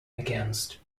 against